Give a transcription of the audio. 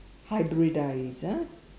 hybridize ah